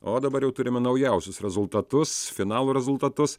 o dabar jau turime naujausius rezultatus finalų rezultatus